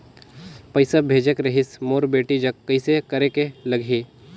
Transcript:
पइसा भेजेक रहिस मोर बेटी जग कइसे करेके लगही?